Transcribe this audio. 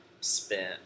spent